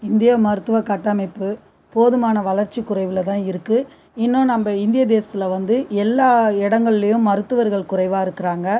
இந்திய மருத்துவக் கட்டமைப்பு போதுமான வளர்ச்சி குறைவில் தான் இருக்குது இன்னும் நம்ம இந்திய தேசத்தில் வந்து எல்லா இடங்கலையும் மருத்துவர்கள் குறைவாக இருக்குறாங்கள்